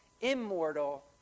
immortal